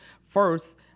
first